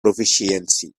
proficiency